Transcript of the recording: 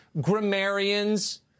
Grammarians